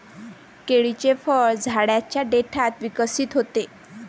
केळीचे फळ झाडाच्या देठात विकसित होते